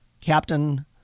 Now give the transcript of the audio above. Captain